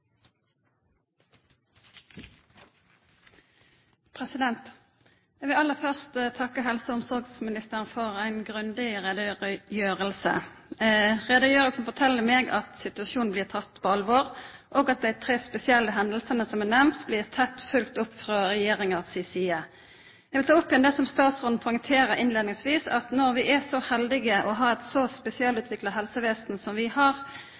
vil aller først takka helse- og omsorgsministeren for ei grundig utgreiing. Utgreiinga fortel meg at situasjonen blir teken på alvor, og at dei tre spesielle hendingane som er nemnde, blir tett følgde opp frå regjeringa si side. Eg vil ta opp igjen det statsråden poengterer innleiingsvis, at når vi er så heldige å ha eit så spesialutvikla helsestell som vi har,